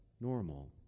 normal